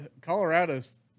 Colorado's